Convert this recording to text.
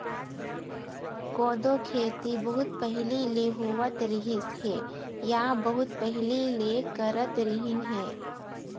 कोदो खेती बहुत पहिली ले होवत रिहिस हे या बहुत पहिली ले करत रिहिन हे